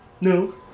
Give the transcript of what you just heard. No